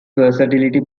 versatility